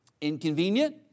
inconvenient